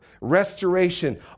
restoration